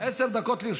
עשר דקות לרשותך.